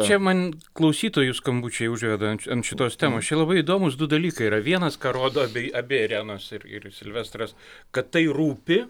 čia man klausytojų skambučiai užveda ant ant šitos temos čia labai įdomūs du dalykai yra vienas ką rodo abi abi irenos ir ir silvestras kad tai rūpi